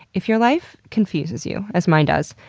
if your life confuses you, as mine does,